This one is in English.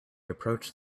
approached